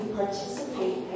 participate